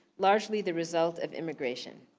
largely the result of immigration.